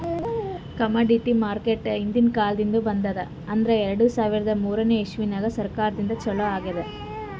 commodity market ಹಿಂದ್ಕಿನ್ ಕಾಲದಿಂದ್ಲು ಬಂದದ್ ಆದ್ರ್ ಎರಡ ಸಾವಿರದ್ ಮೂರನೇ ಇಸ್ವಿದಾಗ್ ಸರ್ಕಾರದಿಂದ ಛಲೋ ಆಗ್ಯಾದ್